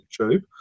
YouTube